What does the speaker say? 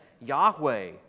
Yahweh